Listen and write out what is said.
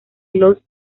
los